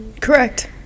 correct